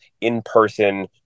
in-person